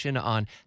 on